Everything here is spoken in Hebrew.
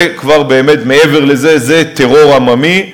זה כבר מעבר לזה, זה טרור עממי,